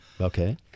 Okay